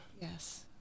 Yes